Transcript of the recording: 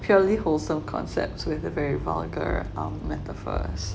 purely wholesale concepts with a very vulgar metaphors